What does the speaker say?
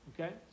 Okay